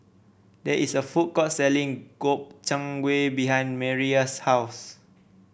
there is a food court selling Gobchang Gui behind Mireya's house